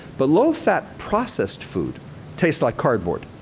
but low-fat processed food tastes like cardboard.